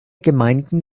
gemeinden